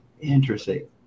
interesting